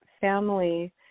family